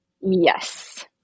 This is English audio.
Yes